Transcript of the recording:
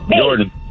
Jordan